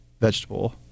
vegetable